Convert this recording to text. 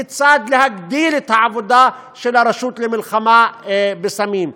כיצד להגדיר את העבודה של הרשות למלחמה בסמים,